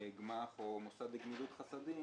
גמ"ח או מוסד לגמילות חסדים,